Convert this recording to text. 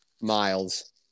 miles